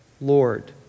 Lord